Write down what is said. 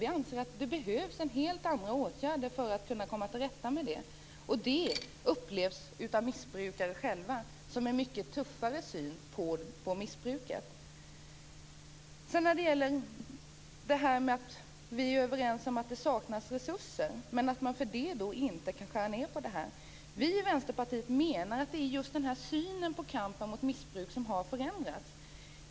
Vi anser att det behövs helt andra åtgärder för att komma till rätta med missbruket. Det upplevs av missbrukare själva som en mycket tuffare syn på missbruket. Vi är överens om att det saknas resurser. Man har sagt att man trots detta inte kan skära ned straffen. Vi i Vänsterpartiet menar att det är just synen på kampen mot missbruk som har förändrats.